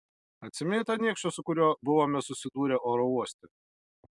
atsimeni tą niekšą su kuriuo buvome susidūrę oro uoste